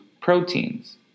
proteins